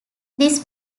this